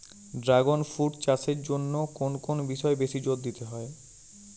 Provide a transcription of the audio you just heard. Dragon fruit চাষের জন্য কোন কোন বিষয়ে বেশি জোর দিতে হয়?